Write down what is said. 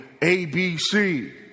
ABC